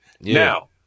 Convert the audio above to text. Now